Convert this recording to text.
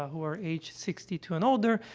ah who are age sixty two and older,